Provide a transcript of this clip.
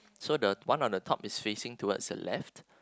so the one on the top is facing towards the left